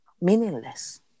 meaningless